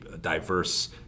diverse